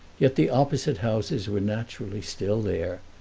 yet the opposite houses were naturally still there,